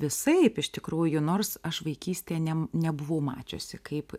visaip iš tikrųjų nors aš vaikystėje ne nebuvau mačiusi kaip